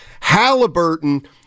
Halliburton